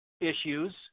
issues